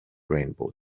rainbow